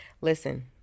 Listen